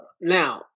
now